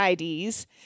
IDs